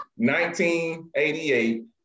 1988